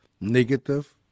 negative